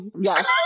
Yes